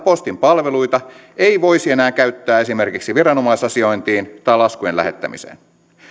postin palveluita ei voisi enää käyttää esimerkiksi viranomaisasiointiin tai laskujen lähettämiseen